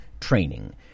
training